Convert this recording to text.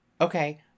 Okay